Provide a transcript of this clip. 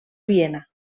viena